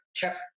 kept